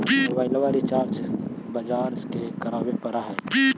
मोबाइलवा रिचार्ज बजार जा के करावे पर है?